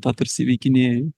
tą tarsi įveikinėju